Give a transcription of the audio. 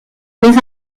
mais